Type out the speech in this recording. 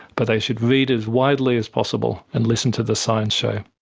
but they should read as widely as possible and listen to the science show.